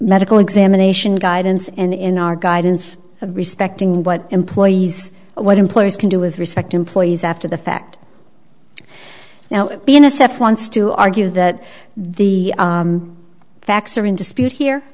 medical examination guidance and in our guidance of respecting what employees what employers can do with respect employees after the fact now the n s f wants to argue that the facts are in dispute here